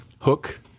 Hook